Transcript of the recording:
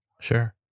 Sure